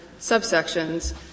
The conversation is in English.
subsections